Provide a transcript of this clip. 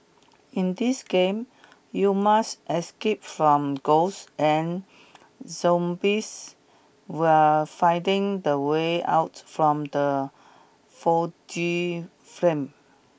in this game you must escape from ghosts and zombies while finding the way out from the foggy frame